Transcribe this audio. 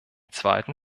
zweiten